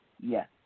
yes